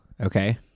Okay